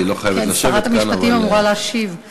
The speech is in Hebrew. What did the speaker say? היא לא חייבת, כן, שרת המשפטים אמורה להשיב.